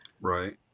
Right